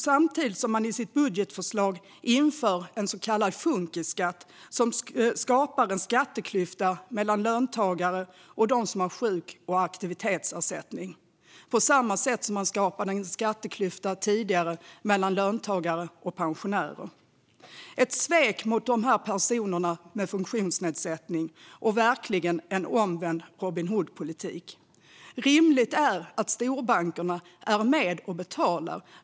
Samtidigt inför man i sitt budgetförslag en så kallad funkisskatt som skapar en skatteklyfta mellan löntagare och dem som har sjuk och aktivitetsersättning, på samma sätt som man tidigare skapade en skatteklyfta mellan löntagare och pensionärer. Det är ett svek mot personer med funktionsnedsättning, och det är verkligen en omvänd Robin Hood-politik. Det är rimligt att storbankerna är med och betalar.